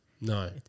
No